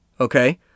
Okay